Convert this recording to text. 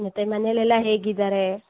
ಮತ್ತೆ ಮನೆಯಲ್ಲೆಲ್ಲ ಹೇಗಿದ್ದಾರೆ